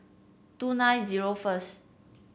two nine zero first